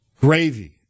Gravy